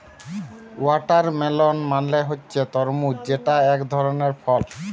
watermelon মানে হচ্ছে তরমুজ যেটা একধরনের ফল